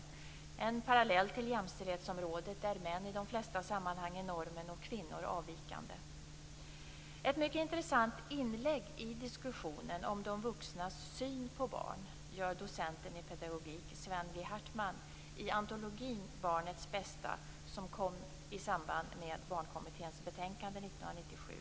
Det är en parallell till jämställdhetsområdet där män i de flesta sammanhang är normen och kvinnor avvikande. Ett mycket intressant inlägg i diskussionen om de vuxnas syn på barn gör docenten i pedagogik Sven G Hartman i antologin Barnets bästa som kom i samband med Barnkommitténs betänkande 1997.